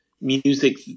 music